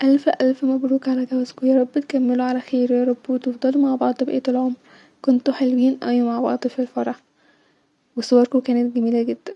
اللف اللف مبورك علي جوازكو-يارب تكملو علي خير يارب وتفضلو مع بعض بقيت العمر-كنتو حلوين اوي مع بعض ف الفرح-صوركو كانت جميله جدا